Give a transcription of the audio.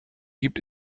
gibt